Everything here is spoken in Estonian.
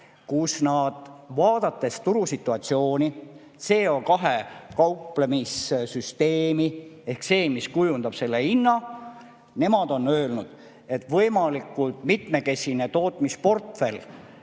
kus nad, vaadates turusituatsiooni, CO2‑kauplemissüsteemi ehk seda, mis kujundab selle hinna. Nemad on öelnud, et võimalikult mitmekesine tootmisportfell